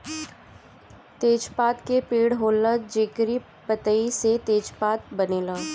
तेजपात के पेड़ होला जेकरी पतइ से तेजपात बनेला